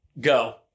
Go